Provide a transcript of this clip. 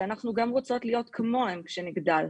שאנחנו גם רוצות להיות כמוהם כאשר נגדל,